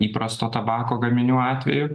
įprasto tabako gaminių atveju